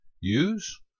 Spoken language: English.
use